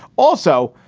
also,